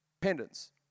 pendants